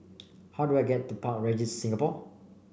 how do I get to Park Regis Singapore